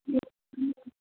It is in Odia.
ହଁ